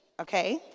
okay